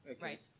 right